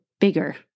bigger